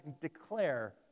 declare